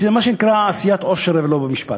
כי זה מה שנקרא עשיית עושר ולא במשפט.